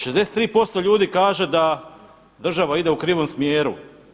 63% ljudi kaže da država ide u krivom smjeru.